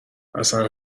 اصلا